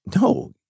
no